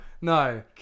No